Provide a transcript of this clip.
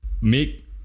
make